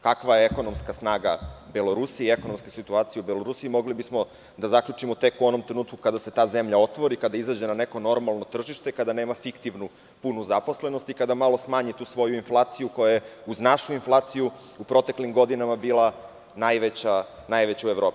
Kakva je ekonomska snaga Belorusije i ekonomska situacija u Belorusiji, mogli bismo da zaključimo tek u onom trenutku kada se ta zemlja otvori, kada izađe na neko normalno tržište, kada nema fiktivnu, punu zaposlenost i kada malo smanji tu svoju inflaciju koja je, uz našu inflaciju, u proteklim godinama bila najveća u Evropi.